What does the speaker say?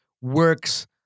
works